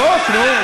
זרוק, נו.